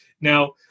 Now